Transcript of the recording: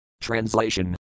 Translation